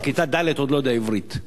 בכיתה ד' עוד לא יודע עברית.